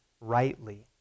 rightly